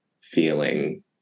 feeling